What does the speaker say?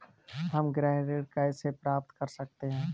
हम गृह ऋण कैसे प्राप्त कर सकते हैं?